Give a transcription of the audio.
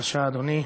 בבקשה, אדוני.